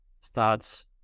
starts